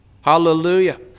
Hallelujah